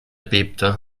bebte